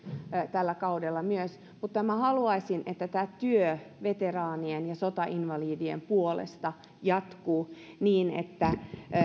tällä kaudella haluaisin että tämä työ veteraanien ja sotainvalidien puolesta jatkuu niin että